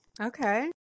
Okay